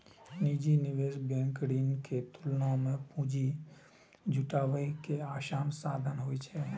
निजी निवेश बैंक ऋण के तुलना मे पूंजी जुटाबै के आसान साधन होइ छै